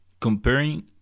comparing